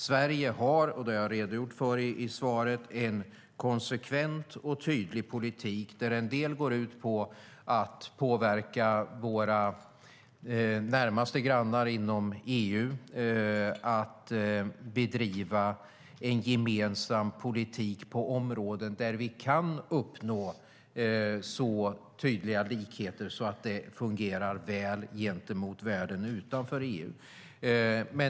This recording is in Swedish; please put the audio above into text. Sverige har, och det har jag redogjort för i svaret, en konsekvent och tydlig politik, där en del går ut på att påverka våra närmaste grannar inom EU att bedriva en gemensam politik på områden där vi kan uppnå så tydliga likheter att det fungerar väl gentemot världen utanför EU.